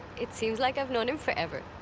it seems like i've known him forever.